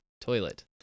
toilet